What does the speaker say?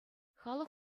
халӑх